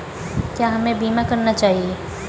क्या हमें बीमा करना चाहिए?